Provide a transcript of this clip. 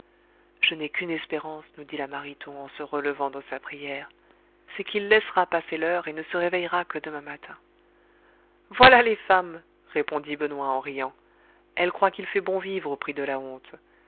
je n'ai qu'une espérance nous dit la mariton en se relevant de sa prière c'est qu'il laissera passer l'heure et ne se réveillera que demain matin voilà les femmes répondit benoît en riant elles croient qu'il fait bon vivre au prix de la honte